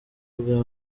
bwa